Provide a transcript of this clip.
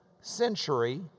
century